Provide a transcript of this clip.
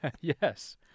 Yes